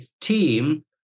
team